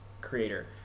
creator